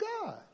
God